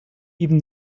even